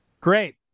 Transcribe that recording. Great